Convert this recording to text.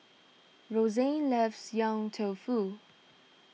Rozanne loves Yong Tau Foo